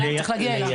צריך להגיע אליו.